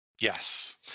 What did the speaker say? Yes